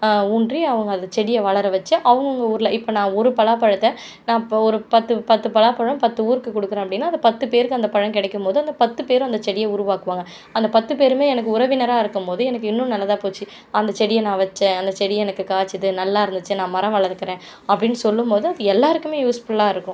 ஊன்றி அவங்க அதை செடியை வளர வச்சு அவங்கவங்க ஊரில் இப்போ நான் ஒரு பலாப்பழத்தை நான் இப்போ ஒரு பத்து பத்து பலாப்பழம் பத்து ஊருக்கு கொடுக்கறேன் அப்படின்னா அது பத்து பேருக்கு அந்தப் பழம் கிடைக்கும் போது அந்தப் பத்து பேரும் அந்தச் செடியை உருவாக்குவாங்க அந்தப் பத்து பேருமே எனக்கு உறவினராக இருக்கும் போது எனக்கு இன்னும் நல்லதா போச்சு அந்தச் செடியை நான் வச்சேன் அந்தச் செடிய எனக்கு காய்ச்சுது நல்லா இருந்துச்சு நான் மரம் வளர்க்கிறேன் அப்படின்னு சொல்லும் போது அது எல்லோருக்குமே யூஸ்ஃபுல்லாக இருக்கும்